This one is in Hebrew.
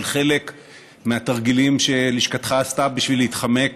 חלק מהתרגילים שלשכתך עשתה בשביל להתחמק